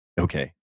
Okay